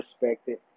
respected